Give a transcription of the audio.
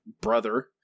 brother